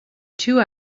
two